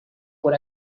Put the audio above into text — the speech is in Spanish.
por